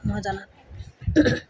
মই জনাত